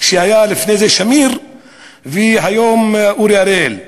שהיה לפני זה שמיר והיום אורי אריאל.